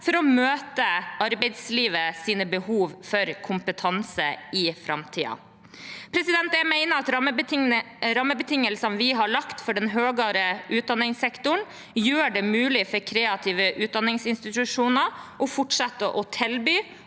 for å møte arbeidslivets behov for kompetanse i framtiden. Jeg mener at rammebetingelsene vi har lagt for den høyere utdanningssektoren, gjør det mulig for kreative utdanningsinstitusjoner å fortsette å tilby